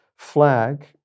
flag